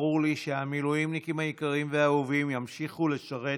ברור לי שהמילואימניקים היקרים והאהובים ימשיכו לשרת,